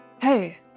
Hey